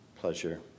pleasure